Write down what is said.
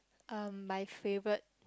um my favourite